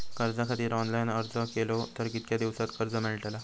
कर्जा खातीत ऑनलाईन अर्ज केलो तर कितक्या दिवसात कर्ज मेलतला?